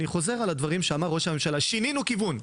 אני חוזר על הדברים שאמר ראש הממשלה "שינינו כיוון".